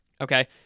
okay